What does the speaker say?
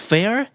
Fair